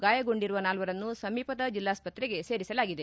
ಗಾಯಗೊಂಡಿರುವ ನಾಲ್ವರನ್ನು ಸಮೀಪದ ಜಿಲ್ಲಾಸ್ವತ್ರೆಗೆ ಸೇರಿಸಲಾಗಿದೆ